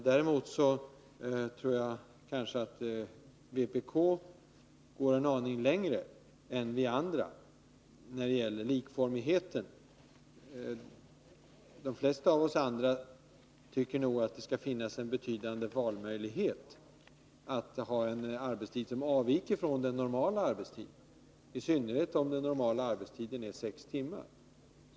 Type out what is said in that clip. Däremot tror jag att vpk går en aning längre än vi andra när det gäller likformigheten. De flesta av oss andra tycker nog att det skall finnas en betydande valmöjlighet att ha en arbetstid som avviker från den normala, i synnerhet om den normala arbetstiden är sex timmar.